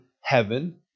heaven